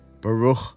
Baruch